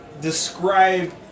describe